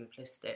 simplistic